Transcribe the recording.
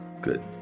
Good